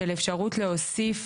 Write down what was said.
של אפשרות להוסיף,